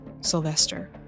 Sylvester